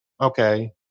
Okay